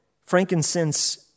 Frankincense